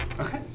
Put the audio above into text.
Okay